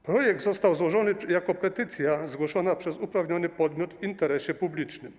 Projekt został złożony jako petycja zgłoszona przez uprawniony podmiot w interesie publicznym.